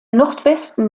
nordwesten